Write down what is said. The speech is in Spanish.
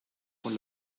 con